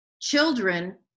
children